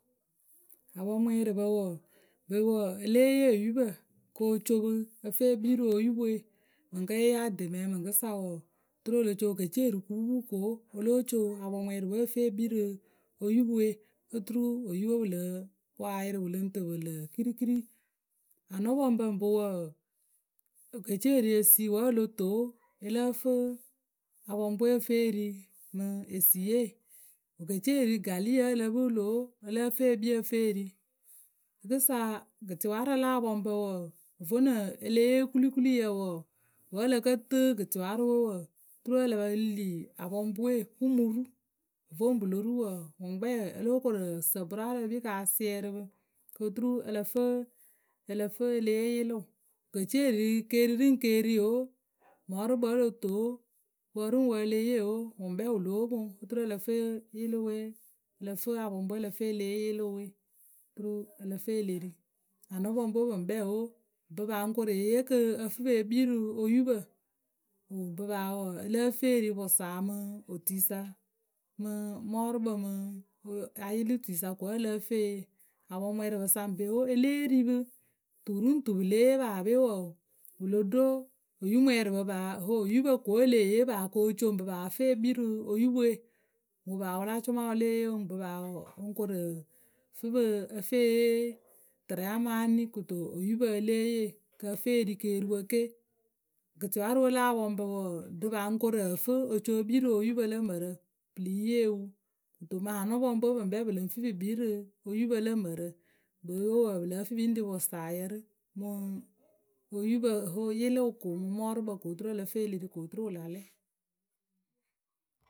Apɔŋmwɛɛrɩpǝ wǝǝ,ŋpǝ wǝǝ e lée yee oyupǝ ko co pǝ ǝ fǝ e kpii rǝ oyupǝ mɨŋ kǝ́ yée ye ademɛ mɨŋkɨsa wǝǝ oturu o lo co wǝ ke ce wǝ ri kǝpupukǝ o, o lóo co apɔŋwɛɛrɩpǝwe ǝ fǝ e kpii rǝ oyupǝwe oturu oyupǝwe pǝ lo poŋ ayɩrɩ pǝ lǝŋ tɨ pǝ lǝ kirikiri. Anɔpɔŋpǝ ŋpɨ wǝǝ, wǝ ke ce wǝ ri esi wǝ́ o lo toŋ o, ǝ lǝ́ǝ fǝ apɔŋpǝqwe ǝ fǝ e ri mɨ esi ye. Wǝ ke ce wǝ ri gaali wǝ́ ǝ lǝ pɨɨlɨ o, ǝ lǝ́ǝ fǝ e kpii ǝ fǝ e ri. Rǝkɨsa gɩtɩwarǝ la apɔŋpǝ wǝǝ, vonɨ e le yee kulikuliyǝ wǝǝ wǝ́ ǝ lǝ kǝ tɨɨ gǝtɩwarǝ we wǝǝ, oturu ǝ le pe li apɔŋpǝwe pǝ ŋ mǝ ru. Voŋ pǝ lo ru wǝǝ, wǝ ŋkpɛ o lóo koru ǝ sǝ bʊraarǝ e kpii kɨ asiɛrɩ pǝ kɨ oturu ǝ lǝ fǝ e le yee yɩlɩɩwʊ wǝ ke ce wǝ ri keeri ri ŋ keeri o, mɔrʊkpǝ wǝ́ o lo toŋ o wǝ ri ŋ ;wǝ e le yee o wǝ ŋkpɛ wǝ lóo poŋ oturu ǝ lǝ fǝ apɔŋpǝwe e le yee yɩlɩwe oturu ǝ lǝ fǝ e le ri. Anɔpɔŋpǝwe pǝ ŋkpɛ o ŋpǝ paa o ŋ koru e yee ŋpǝ paa kɨ ǝ fǝ e kpii rǝ oyupǝ ŋpǝ paa wǝǝ ǝ lǝ́ǝ fǝ e ri pʊsaa mɨ otuisa mɨ mɔrʊkpǝ mǝ ayɩlituisa ko wǝ́ ǝ lǝ́ǝ fǝ e yee. Apɔŋmwɛɛrɩpǝ sa ŋpee o, e lée ri pǝ tu ri ŋ tu pǝ lée yee paape wǝǝ wǝ lo ɖo oyupǝ ko wǝ e leh tee kɨ o co ŋpǝ paa ǝ fǝ e kpii rǝ oyupǝ we. Wǝ paa pǝ la cʊma wǝ lée yee ŋpǝ paa wǝǝ o ŋ koru ǝ fǝ pǝ ǝ fǝ e yee tɨrɛ amaa eni kɨto oyupǝ e lée yee kɨ ǝ fǝ e ri keeriwǝ ke. Gǝtɩwarǝ we la apɔŋpǝ wǝǝ, ŋrǝ paa o ŋ koru ǝ fǝ o co e kpii rǝ oyupǝ lǝ mǝrǝ pǝ lɨŋ yee wǝ. Kɨto mɨŋ anɔpɔŋpǝwe ŋpǝ ŋkpɛ pǝ lɨŋ fǝ pǝ kpii rǝ oyupǝ lǝ mǝrǝ. ŋpǝ e pǝwe wǝǝ pǝ lǝ́ǝ fǝ pǝ ŋ ri pʊsaayǝ rǝ myɩlɩʊ ko mɨ mɔrʊkpǝ ko oturu ǝ lǝ fǝ e le ri ko oturu wǝ la lɛ.